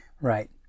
Right